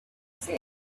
said